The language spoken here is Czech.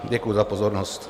Děkuji za pozornost.